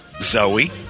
Zoe